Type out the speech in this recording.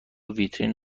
ویترین